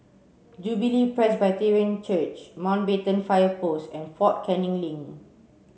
Jubilee Presbyterian Church Mountbatten Fire Post and Fort Canning Link